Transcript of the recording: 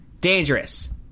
dangerous